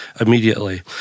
immediately